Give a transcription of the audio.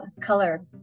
color